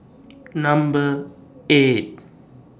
Number eight